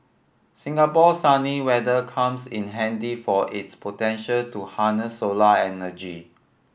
Singapore's sunny weather comes in handy for its potential to harness solar energy